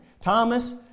Thomas